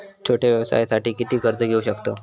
छोट्या व्यवसायासाठी किती कर्ज घेऊ शकतव?